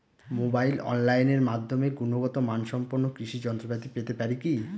মোবাইলে অনলাইনের মাধ্যমে গুণগত মানসম্পন্ন কৃষি যন্ত্রপাতি পেতে পারি কি?